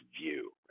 view